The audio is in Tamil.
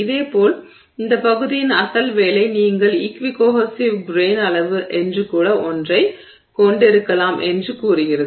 இதேபோல் இந்த பகுதியின் அசல் வேலை நீங்கள் ஈக்வி கோஹெஸிவ் கிரெய்ன் அளவு என்று கூட ஒன்றைக் கொண்டிருக்கலாம் என்று கூறுகிறது